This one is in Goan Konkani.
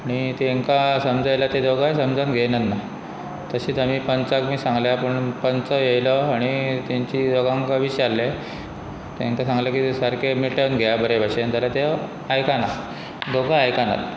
आनी तांकां समजालें जायल्यार ते दोगांय समजावन घेयनात ना तशेंच आमी पंचाक बी सांगल्या पूण पंच येयलो आनी तांची दोगांकांय विचारले तांकां सांगलें की सारकें मिटून घेया बरे भाशेन जाल्यार ते आयकना दोगोय आयकना